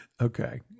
Okay